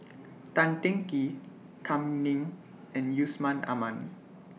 Tan Teng Kee Kam Ning and Yusman Aman